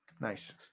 Nice